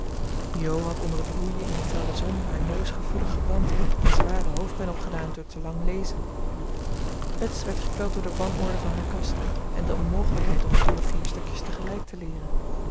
jo had onder het roeien in de felle zon haar neus gevoelig gebrand en zware hoofdpijn opgedaan door te lang lezen bets werd gekweld door de wanorde van haar kast en de onmogelijkheid om drie of vier stukjes tegelijk te leeren